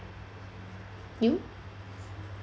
you